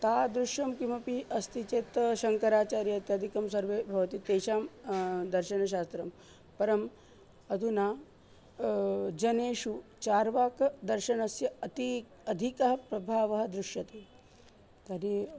तादृशं किमपि अस्ति चेत् शङ्कराचार्यः इत्यादिकं सर्वे भवति तेषां दर्शनशास्त्रं परम् अधुना जनेषु चार्वाकदर्शनस्य अति अधिकः प्रभावः दृश्यते तर्हि